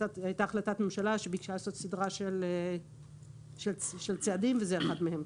זו הייתה החלטת ממשלה שביקשה לעשות סדרה של צעדים וזה אחד מהם.